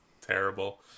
terrible